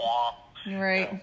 Right